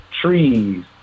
trees